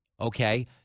Okay